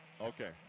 Okay